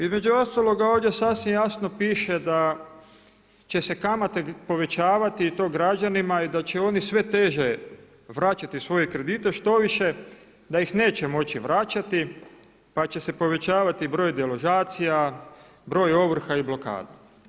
Između ostaloga ovdje sasvim jasno piše da će se kamate povećavati i to građanima i da će oni sve teže vraćati svoje kredite, štoviše da ih neće moći vraćati pa će se povećavati broj deložacija, broj ovrha i blokada.